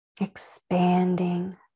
expanding